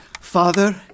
Father